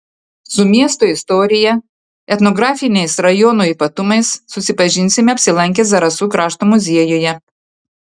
su miesto istorija etnografiniais rajono ypatumais susipažinsime apsilankę zarasų krašto muziejuje